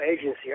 agency